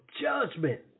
judgment